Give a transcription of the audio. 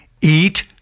eat